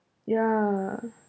yeah